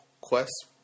quest